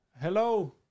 Hello